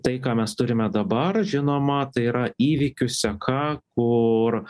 tai ką mes turime dabar žinoma tai yra įvykių seka kur